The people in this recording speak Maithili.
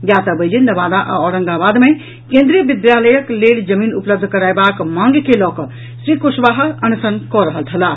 ज्ञातव्य अछि जे नवादा आ औरंगाबाद मे केंद्रीय विद्यालयक लेल जमीन उपलब्ध करयबाक मांग के लऽ कऽ श्री कुशवाहा अनशन कऽ रहल छलाह